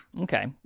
Okay